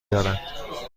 دارند